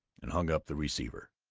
and hung up the receiver.